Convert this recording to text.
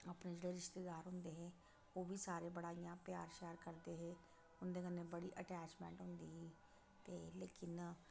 अपने जेह्ड़े रिश्तेददार होंदे हे ओह् बी सारे इ'यां बड़ा प्यार श्यार करदे हे उं'दे कन्नै बड़ी अटैचमैंट होंदी ही ते लेकिन